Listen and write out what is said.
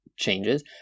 changes